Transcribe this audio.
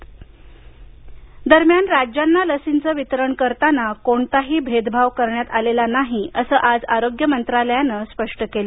लस भेदभाव दरम्यान राज्यांना लसींचं वितरण करताना कोणताही भेदभाव करण्यात आलेला नाही असं आज आरोग्य मंत्रालयानं स्पष्ट केलं